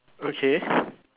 okay